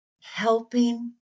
helping